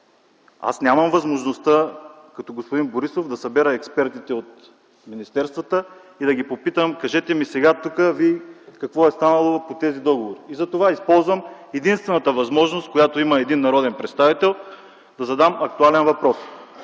аз нямам възможността като господин Борисов да събера експертите от министерствата и да ги попитам: „Кажете ми сега какво е станало по тези договори?”. Затова използвам единствената възможност, която има един народен представител – да задам актуален въпрос.